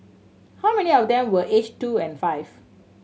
how many of them were aged two and five